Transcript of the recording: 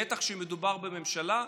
בטח כשמדובר בממשלה.